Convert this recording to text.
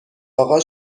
اقا